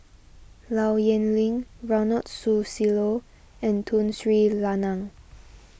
Low Yen Ling Ronald Susilo and Tun Sri Lanang